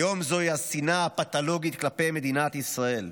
והיום זאת השנאה הפתולוגית כלפי מדינת ישראל.